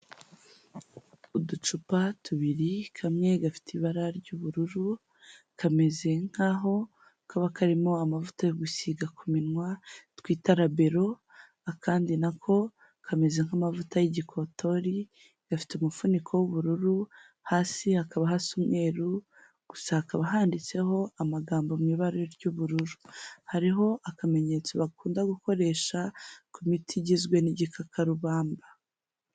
Uducupa tubiri kamwe gafite ibara ry'ubururu kameze nk'aho kaba karimo amavuta yo gusiga ku minwa twita rabero, akandi nako kameze nk'amavuta y'igikotori gafite umufuniko w'ubururu hasi hakaba hasa umweru, gusa hakaba handitseho amagambo mu ibara ry'ubururu, hariho akamenyetso bakunda gukoresha ku miti igizwe n'igikakarubamba.